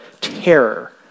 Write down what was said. terror